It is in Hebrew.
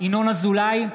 ינון אזולאי,